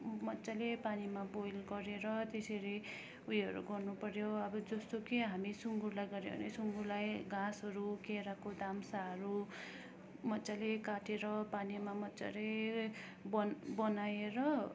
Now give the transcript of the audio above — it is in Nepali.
मजाले पानीमा बोइल गरेर त्यसरी उयोहरू गर्नुपर्यो अब जस्तो कि हामी सुँगुरलाई गर्यो भने सुँगुरलाई घाँसहरू केराको दाम्चोहरू मजाले काटेर पानीमा मजाले बन बनाएर